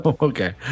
Okay